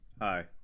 Hi